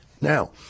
Now